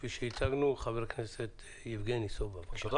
חבר הכנסת יבגני סובה בבקשה.